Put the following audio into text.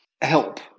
help